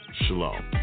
Shalom